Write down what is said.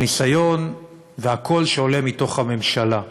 הניסיון והקול שעולה מתוך הממשלה,